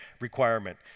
requirement